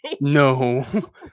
no